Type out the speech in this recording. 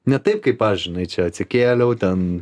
ne taip kaip aš žinai čia atsikėliau ten